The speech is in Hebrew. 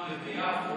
רמלה ויפו,